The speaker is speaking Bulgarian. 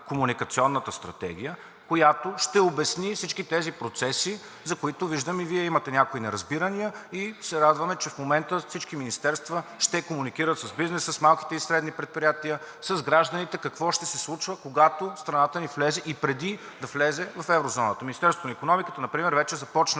комуникационната стратегия, която ще обясни всички тези процеси, за които виждам, че Вие имате някои неразбирания, и се радваме, че в момента всички министерства ще комуникират с бизнеса, с малките и средни предприятия, с гражданите и какво ще се случва, когато страната ни влезе или преди да влезе в еврозоната. Министерството на икономиката вече започна